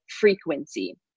frequency